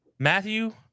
Matthew